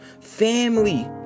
family